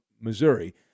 Missouri